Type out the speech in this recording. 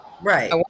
Right